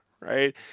Right